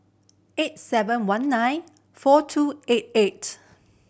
eight seven one nine four two eight eight